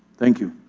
thank you.